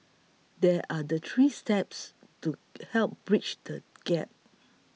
there are the three steps to help bridge the gap